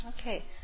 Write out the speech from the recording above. Okay